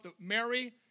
Mary